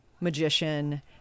magician